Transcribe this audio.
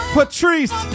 Patrice